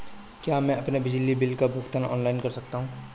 क्या मैं अपने बिजली बिल का भुगतान ऑनलाइन कर सकता हूँ?